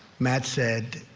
matt said